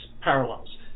parallels